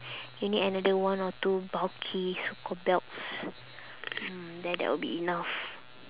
you need another one or two bulky so call belts mm then that'll be enough